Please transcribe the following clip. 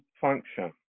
function